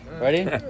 Ready